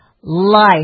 Life